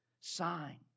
sign